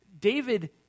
David